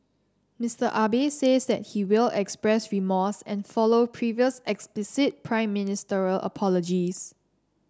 Mister Abe says that he will express remorse and follow previous explicit Prime Ministerial apologies